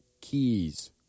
keys